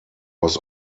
was